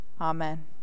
Amen